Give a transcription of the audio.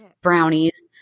brownies